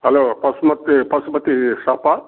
hello Pasumathi Pasumathi షాపా